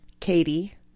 Katie